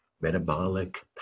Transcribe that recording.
metabolic